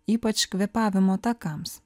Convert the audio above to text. ypač kvėpavimo takams